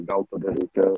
gal tada reikia